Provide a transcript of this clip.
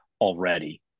already